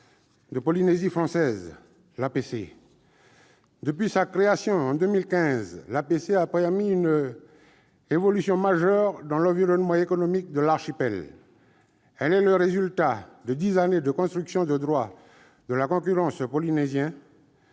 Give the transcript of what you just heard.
de Polynésie française, l'APC. Depuis sa création en 2015, l'APC a permis une évolution majeure dans l'environnement économique de l'archipel. Elle est le résultat de dix années de construction du droit de la concurrence polynésien